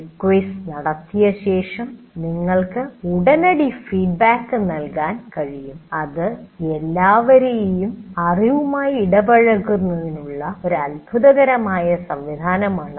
ഒരു ക്വിസ് നടത്തിയ ശേഷം നിങ്ങൾക്ക് ഉടനടി ഫീഡ്ബാക്ക് നൽകാൻ കഴിയും അത് എല്ലാവരേയും അറിവുമായി ഇടപഴകിക്കുന്നതിനുള്ള ഒരു അത്ഭുതകരമായ സംവിധാനമാണ്